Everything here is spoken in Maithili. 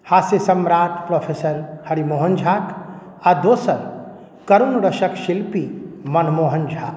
हास्य सम्राट प्रोफेसर हरीमोहन झाक आ दोसर करुण रसक शिल्पी मनमोहन झा